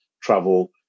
travel